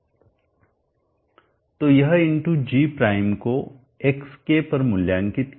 तो यह g prime को xk पर मूल्यांकित किया